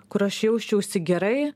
kur aš jausčiausi gerai